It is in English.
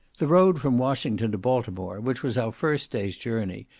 the road from washington to baltimore, which was our first day's journey,